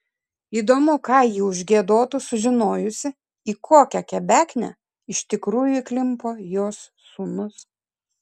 įdomu ką ji užgiedotų sužinojusi į kokią kebeknę iš tikrųjų įklimpo jos sūnus